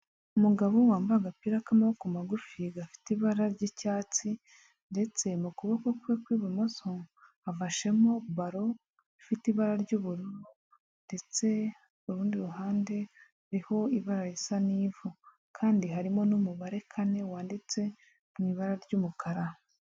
Umugabo wambaye agapira k'amaboko magufi, gafite ibara ry'icyatsi ndetse mu kuboko kwe kw'ibumoso, afashemo baro, ifite ibara ry'ubururu ndetse ku rundi ruhande, hariho ibara risa n'ivu kandi harimo n'umubare kane, wanditse mu ibara ry'umukara.